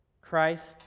Christ